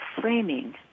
framing